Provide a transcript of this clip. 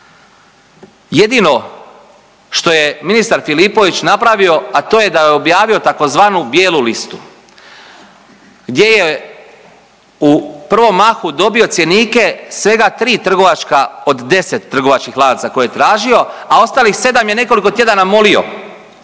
Jedino što je ministar Filipović napravio, a to je da je objavio tzv. bijelu listu gdje je u prvom mahu dobio cjenike svega 3 trgovačka od 10 trgovačkih lanaca koje je tražio, a ostalih 7 je nekoliko tjedana molio